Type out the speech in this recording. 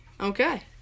Okay